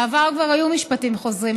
בעבר כבר היו משפטים חוזרים,